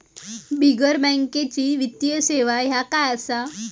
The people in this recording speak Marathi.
बिगर बँकेची वित्तीय सेवा ह्या काय असा?